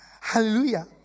Hallelujah